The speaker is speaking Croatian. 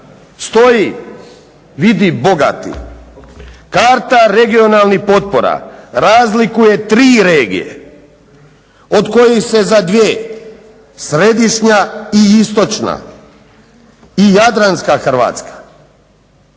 stoji vidi Boga ti karta regionalnih potpora razlikuje tri regije od kojih se za dvije središnja i istočna i Jadranska Hrvatska.